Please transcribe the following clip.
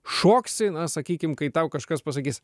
šoksi na sakykim kai tau kažkas pasakys